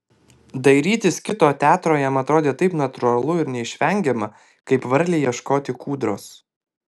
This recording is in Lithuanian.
dairytis kito teatro jam atrodė taip natūralu ir neišvengiama kaip varlei ieškoti kūdros